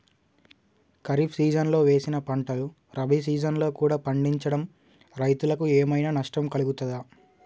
ఖరీఫ్ సీజన్లో వేసిన పంటలు రబీ సీజన్లో కూడా పండించడం రైతులకు ఏమైనా నష్టం కలుగుతదా?